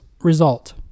result